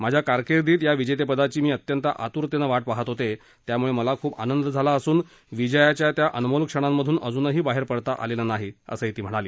माझ्या कारकिर्दीत या विजेतेपदाची मी अत्यंत आतुरतेनं वाट पाहत होते त्यामुळे मला खूप आनंद झाला असून विजयाच्या त्या अनमोल क्षणांमधून अजूनही बाहेर पडता आलेलं नाहीअसं ती म्हणाली